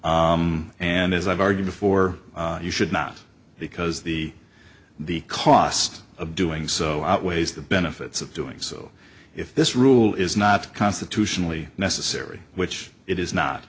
you and as i've argued before you should not because the the cost of doing so outweighs the benefits of doing so if this rule is not constitutionally necessary which it is not